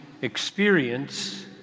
experience